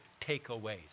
takeaways